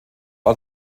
ort